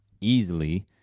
Easily